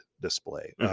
display